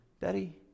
Daddy